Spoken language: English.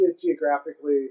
geographically